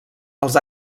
els